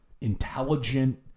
intelligent